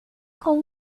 com